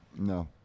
no